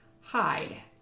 hide